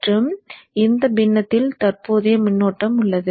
மற்றும் இந்த பின்னத்தில் தற்போதைய மின்னோட்டம் உள்ளது